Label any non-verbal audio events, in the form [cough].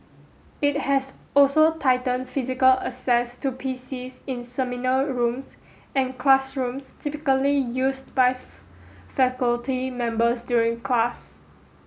it has also tightened physical access to PCs in seminar rooms and classrooms typically used by [unintelligible] faculty members during class